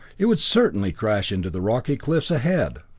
it would certainly crash into the rocky cliffs ahead!